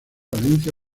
valencia